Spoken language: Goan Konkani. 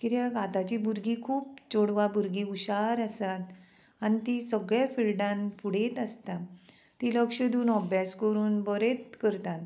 किद्याक आतांची भुरगीं खूब चेडवां भुरगीं हुशार आसात आनी ती सगळ्या फिल्डान फुडेंत आसता ती लक्ष दिवन अभ्यास करून बरेंत करतात